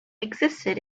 existed